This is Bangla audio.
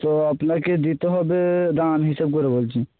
তো আপনাকে দিতে হবে দাঁড়ান হিসেব করে বলছি